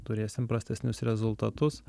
turėsim prastesnius rezultatus